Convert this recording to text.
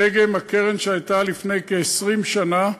דגם הקרן שהייתה לפני כ-20 שנה,